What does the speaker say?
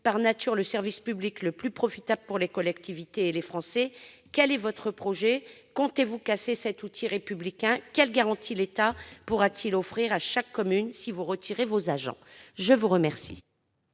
par nature, le service public le plus profitable pour les collectivités et les Français, quel est votre projet ? Comptez-vous casser cet outil républicain ? Quelles garanties l'État pourra-t-il offrir à chaque commune si vous retirez vos agents ? La parole